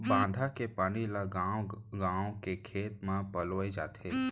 बांधा के पानी ल गाँव गाँव के खेत म पलोए जाथे